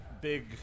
big